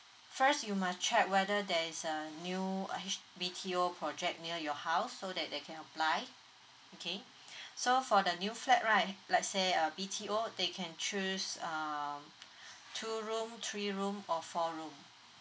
first you must check whether there is a new uh H~ B_T_O project near your house so that they can apply okay so for the new flat right let's say uh B_T_O they can choose um two room three room or four room